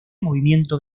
movimiento